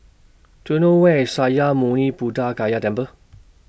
Do YOU know Where IS Sakya Muni Buddha Gaya Temple